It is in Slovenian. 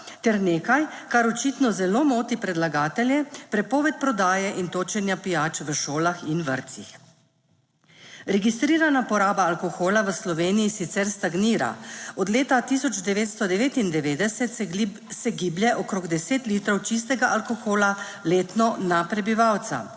ter nekaj kar očitno zelo moti predlagatelje. prepoved prodaje in točenja pijač v šolah in vrtcih. Registrirana poraba alkohola v Sloveniji sicer stagnira, od leta 1999 se giblje okrog 10 litrov čistega alkohola letno na prebivalca.